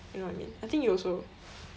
you know what I mean I think you also